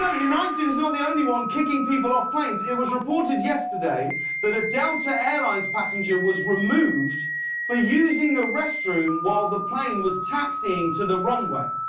ah united is not the only one kicking people off planes. it was reported yesterday that a delta airlines passenger was removed for using the rest room while the plane was taxiing to the runway.